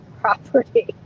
property